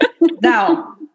Now